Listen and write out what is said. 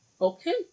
Okay